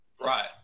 Right